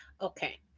Okay